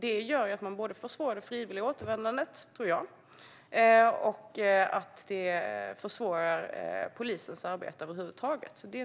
Det här gör att man både försvårar det frivilliga återvändandet, tror jag, och att polisens arbete försvåras över huvud taget.